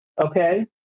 okay